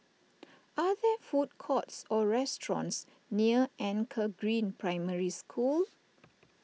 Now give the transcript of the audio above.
are there food courts or restaurants near Anchor Green Primary School